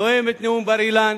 נואם את נאום בר-אילן